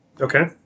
Okay